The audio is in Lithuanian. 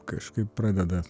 kažkaip pradeda